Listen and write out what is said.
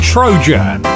Trojan